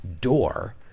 door